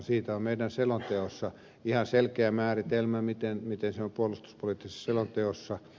siitä on meidän selonteossamme ihan selkeä määritelmä miten se on puolustuspoliittisessa selonteossa